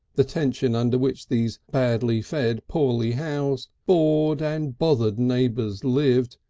the tension under which these badly fed, poorly housed, bored and bothered neighbours lived,